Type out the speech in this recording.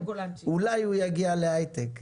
אולי הוא יגיע להיי-טק,